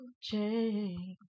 change